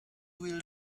will